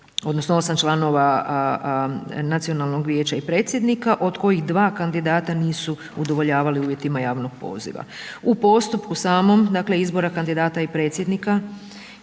odnosno 8 članova Nacionalnog vijeća i predsjednika od kojih 2 kandidata nisu udovoljavali uvjetima javnog poziva. U postupku samom, dakle izbora kandidata i predsjednika,